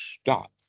stop